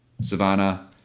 Savannah